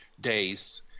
days